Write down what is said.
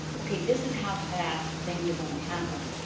okay, this is how fast things are going to happen.